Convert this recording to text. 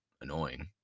annoying